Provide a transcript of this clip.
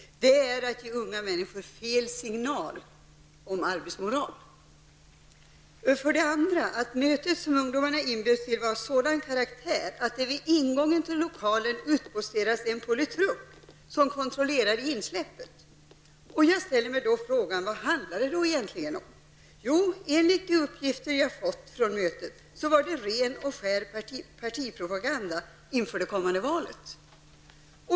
Det är att ge ungdomar fel signaler om arbetsmoralen. För det andra var det möte som ungdomarna hade inbjudits till av sådan karaktär att det vid ingången till lokalen hade utposterats en politruk som kontrollerade insläppet. Jag ställde mig frågan: Vad handlar det egentligen om? Ja, enligt de uppgifter som jag har fått om detta möte var det ren och skär partipropaganda inför det kommande valet.